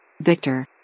Victor